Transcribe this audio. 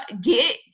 get